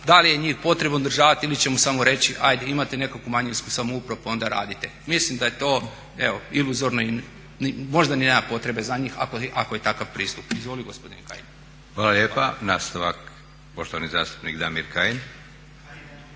da li je njih potrebno održavati ili ćemo samo reći ajde, imate nekakvu manjinsku samoupravu pa onda radite. Mislim da je to iluzorno i možda ni nema potrebe za njih ako je takav pristup. Izvoli gospodine Kajin.